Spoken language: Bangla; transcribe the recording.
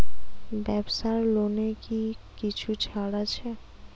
ব্যাবসার লোনে কি কিছু ছাড় আছে?